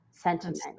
sentiment